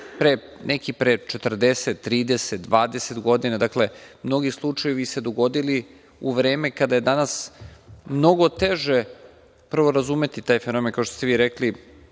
bili pre 40, 30, 20 godina. Dakle, mnogi slučajevi su se dogodili u vreme kada je danas mnogo teže, prvo razumeti taj fenomen. Kao što ste vi rekli,